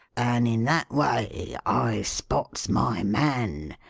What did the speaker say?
and in that way i spots my man.